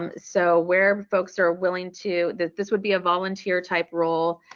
um so where folks are willing to that, this would be a volunteer type role,